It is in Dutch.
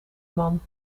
man